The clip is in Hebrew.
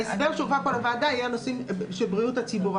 ההסבר שהובא לוועדה היה בריאות הציבור.